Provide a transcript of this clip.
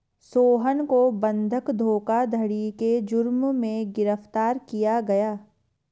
सोहन को बंधक धोखाधड़ी के जुर्म में गिरफ्तार किया गया